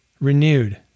renewed